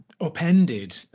upended